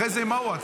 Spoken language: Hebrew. אחרי זה עם ההוא,